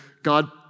God